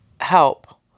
help